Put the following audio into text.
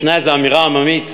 ישנה איזה אמירה עממית,